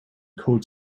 code